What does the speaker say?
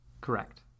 Correct